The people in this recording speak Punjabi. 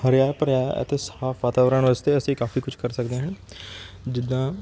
ਹਰਿਆ ਭਰਿਆ ਅਤੇ ਸਾਫ਼ ਵਾਤਾਵਰਣ ਵਾਸਤੇ ਅਸੀਂ ਕਾਫ਼ੀ ਕੁਛ ਕਰ ਸਕਦੇ ਹਾਂ ਜਿੱਦਾਂ